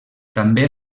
també